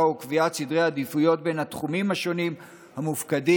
וקביעת סדרי העדיפויות בין התחומים השונים המופקדים